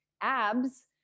abs